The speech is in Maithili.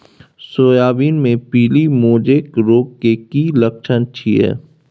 सोयाबीन मे पीली मोजेक रोग के की लक्षण छीये?